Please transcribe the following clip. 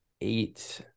eight